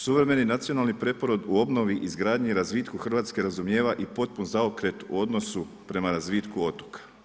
Suvremeni nacionalni preporod u obnovi, izgradnji i razvitku Hrvatske razumijeva i potpun zaokret u odnosu prema razvitku otoka.